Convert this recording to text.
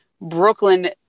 Brooklyn